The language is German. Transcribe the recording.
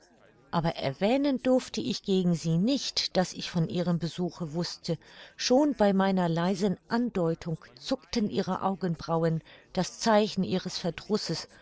aber erwähnen durfte ich gegen sie nicht daß ich von ihrem besuche wußte schon bei meiner leisen andeutung zuckten ihre augenbrauen das zeichen ihres verdrusses